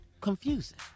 confusing